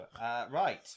Right